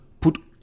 put